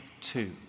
two